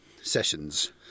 sessions